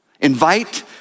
invite